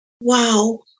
wow